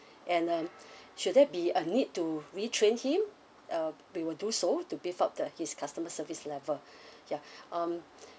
and um should there be a need to retrain him uh we will do so to breef up the his customer service level ya um